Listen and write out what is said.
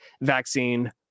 vaccine